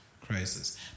crisis